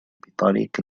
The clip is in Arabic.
بطريق